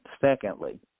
Secondly